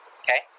okay